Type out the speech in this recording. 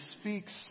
speaks